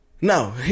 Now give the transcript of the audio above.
No